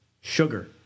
sugar